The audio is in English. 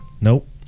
Nope